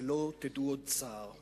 שלא תדעו עוד צער.